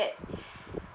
that